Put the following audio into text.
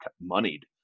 moneyed